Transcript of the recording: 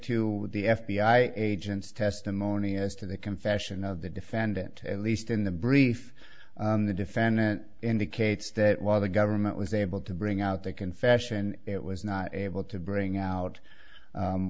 to the f b i agents testimony as to the confession of the defendant at least in the brief the defendant indicates that while the government was able to bring out that confession it was not able to bring out